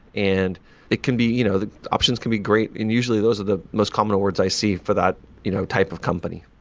and it can be you know the options can be great, and usually those are the most common awards i see for that you know type of company.